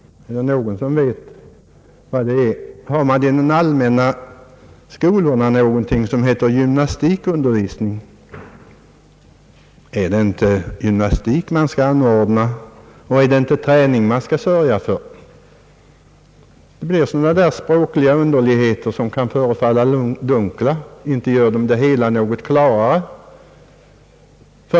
Är det någon som vet vad det är? Har man i de allmänna skolorna någonting som heter gymnastikundervisning? Är det inte gymnastik man skall anordna, och är det inte träning man skall sörja för? Det blir sådana där språkliga underligheter som kan förefalla dunkla. Inte gör de det hela klarare.